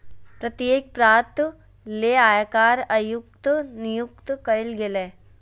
प्रत्येक प्रांत ले आयकर आयुक्त नियुक्त कइल गेलय